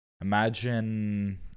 imagine